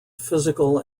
physical